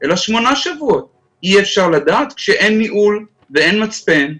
אלא שמונה שבועות אי אפשר לדעת כשאין ניהול ואין מצפן,